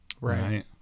Right